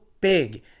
big